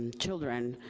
and children,